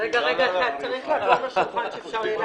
אני מהלשכה משפטית.